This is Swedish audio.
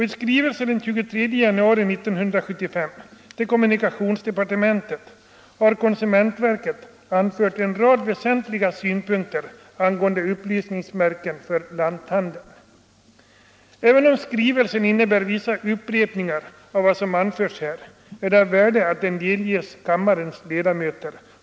I skrivelse av den 23 januari 1975 till kommunikationsdepartementet har konsumentverket anfört en rad väsentliga synpunkter angående upplysningsmärken för lanthandel. Även om skrivelsen innebär vissa upprepningar av vad som anförts här är det av värde att den delgives kammarens ledamöter.